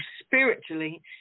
spiritually